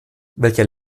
welcher